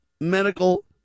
medical